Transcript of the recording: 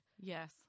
Yes